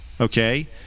Okay